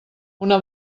una